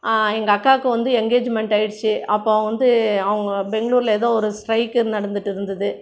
எங்கள் அக்காவுக்கு வந்து எங்கேஜ்மெண்ட் ஆகிடுச்சு அப்போ வந்து அவங்க பெங்களூரில் ஏதோ ஒரு ஸ்ட்ரைக்கு நடந்துகிட்டு இருந்தது